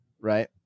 right